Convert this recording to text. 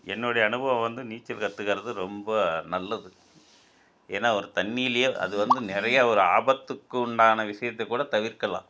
என்னுடைய அனுபவம் வந்து நீச்சல் கற்றுக்கறது ரொம்ப நல்லது ஏன்னால் ஒரு தண்ணியில் அது வந்து நிறையா ஒரு ஆபத்துக்கு உண்டான விஷயத்த கூட தவிர்க்கலாம்